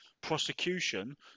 prosecution